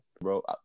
bro